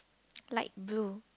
light blue